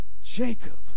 Jacob